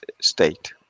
state